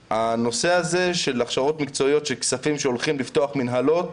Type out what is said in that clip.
הנושא של הכשרות מקצועיות וכספים שהולכים כדי לפתוח מנהלות,